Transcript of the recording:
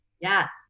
yes